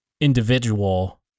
individual